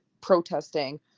protesting